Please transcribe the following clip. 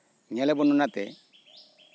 ᱧᱮᱞ ᱟᱵᱚᱱ ᱚᱱᱟᱛᱮ